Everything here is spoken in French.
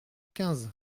quinze